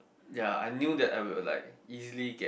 ya I knew that I will like easily get